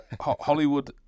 Hollywood